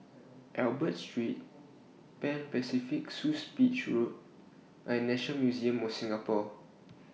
Albert Street Pan Pacific Suites Beach Road and Nation Museum of Singapore